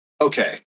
okay